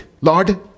Lord